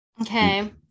Okay